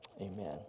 Amen